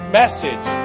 message